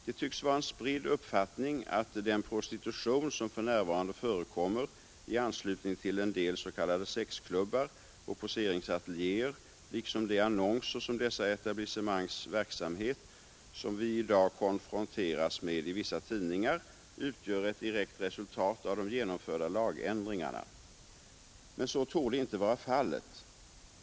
Det tycks vara en spridd uppfattning att den prostitution som för närvarande förekommer i anslutning till en del s.k. sexklubbar och poseringsateljéer liksom de annonser om dessa etablissemangs verksamhet som vi i dag konfronteras med i vissa tidningar utgör ett direkt resultat av de genomförda lagändringarna. Men så torde inte vara fallet.